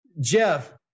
Jeff